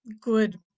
good